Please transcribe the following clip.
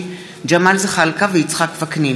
עיסאווי פריג' ואחמד טיבי בנושא: